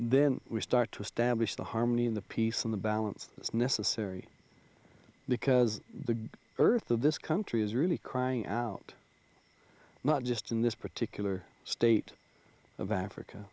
then we start to establish the harmony in the peace in the balance is necessary because the earth of this country is really crying out not just in this particular state of africa